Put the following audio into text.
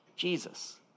Jesus